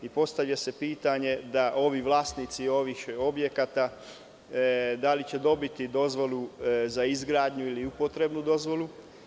Postavlja se pitanje da li će vlasnici ovih objekata dobiti dozvolu za izgradnju ili upotrebnu dozvolu?